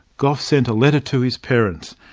gough sent a letter to his parents,